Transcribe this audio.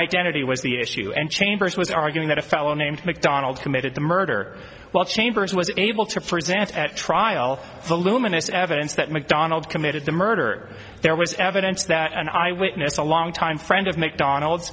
identity was the issue and chambers was arguing that a fellow named macdonald committed the murder while chambers was able to present at trial the luminous evidence that macdonald committed the murder there was evidence that an eyewitness a long time friend of mcdonald